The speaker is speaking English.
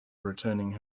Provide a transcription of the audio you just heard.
returning